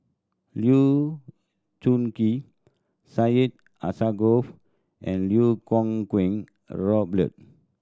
Lee Choon Kee Syed Alsagoff and Lau Kuo Kwong and Robert